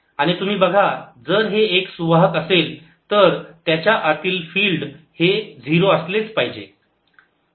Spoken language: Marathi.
आता तुम्ही बघा जर हे एक सुवाहक असेल तर त्याच्या आतील फिल्ड हे 0 असलेच पाहिजे